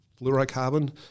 fluorocarbon